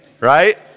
right